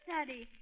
Daddy